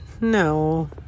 no